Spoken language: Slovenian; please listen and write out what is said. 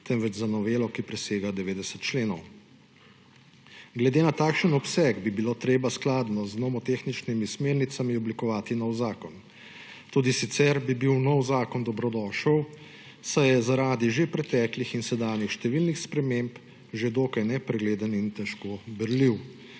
temveč za novelo, ki presega 90 členov. Glede na takšen obseg bi bilo treba skladno z nomotehničnimi smernicami oblikovati nov zakon. Tudi sicer bi bil nov zakon dobrodošel, saj je zaradi že preteklih in sedanjih številnih sprememb že dokaj nepregleden in težko berljiv.